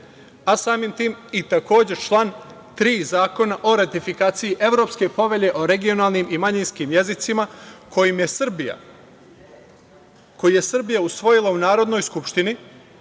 a samim tim i takođe član 3. Zakona o ratifikaciji Evropske povelje o regionalnim i manjinskjim jezicima koji je Srbija usvojila u Narodnoj skupštini